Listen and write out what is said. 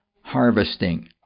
harvesting